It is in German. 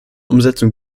umsetzung